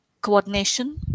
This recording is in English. coordination